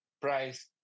price